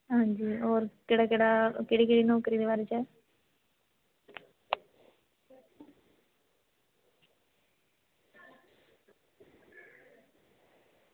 अंजी होर केह्ड़ी केह्ड़ी नौकरी दे बारै च ऐ